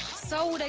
so